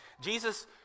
Jesus